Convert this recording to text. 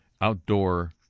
outdoor